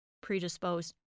predisposed